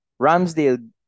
Ramsdale